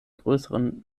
größeren